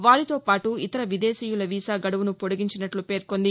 వారితో పాటు ఇతర విదేశీయుల వీసా గడువునూ పొడిగించినట్ల తెలిపింది